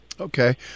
Okay